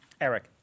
Eric